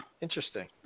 Interesting